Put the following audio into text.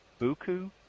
buku